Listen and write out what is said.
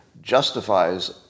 justifies